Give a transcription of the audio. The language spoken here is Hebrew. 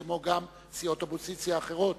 כמו גם סיעות אופוזיציה אחרות,